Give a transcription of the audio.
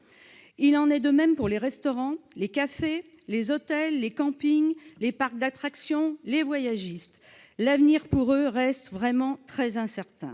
Il en est de même pour les restaurants, les cafés, les hôtels, les campings, les parcs d'attractions et les voyagistes. L'avenir pour eux reste très incertain.